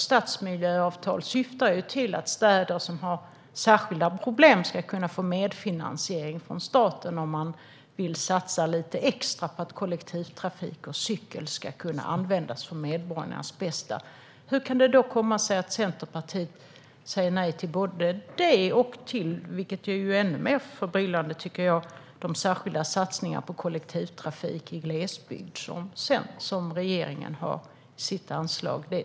Stadsmiljöavtal syftar ju till att städer som har särskilda problem ska kunna få medfinansiering från staten om de vill satsa lite extra för att kollektivtrafik och cykel ska kunna användas för medborgarnas bästa. Hur kan det då komma sig att Centerpartiet säger nej till både detta och till, vilket jag tycker är ännu mer förbryllande, de särskilda satsningarna på kollektivtrafik i glesbygd som regeringen har i sitt anslag?